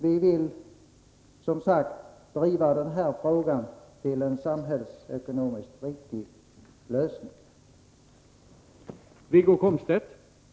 Vi vill komma fram till en samhällsekonomiskt riktig lösning i denna fråga.